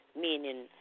meaning